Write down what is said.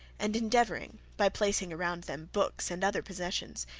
and endeavoring, by placing around them books and other possessions,